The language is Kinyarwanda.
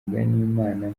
n’imana